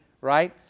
Right